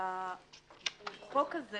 שהחוק הזה